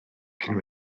cyn